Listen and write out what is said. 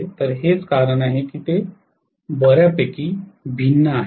तर हेच कारण आहे की ते बर्यापैकी भिन्न आहेत